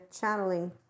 channeling